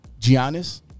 Giannis